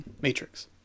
Matrix